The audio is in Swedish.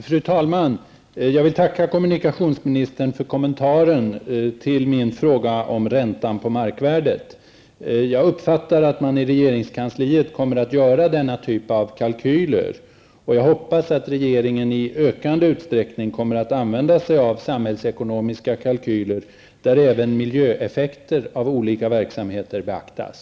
Fru talman! Jag vill tacka kommunikationsministern för kommentaren till min fråga om räntan på markvärdet. Jag uppfattar att man i regeringskansliet kommer att göra denna typ av kalkyler, och jag hoppas att regeringen i ökande utsträckning kommer att använda sig av samhällsekonomiska kalkyler där även miljöeffekter av olika verksamheter beaktas.